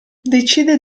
decide